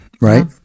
right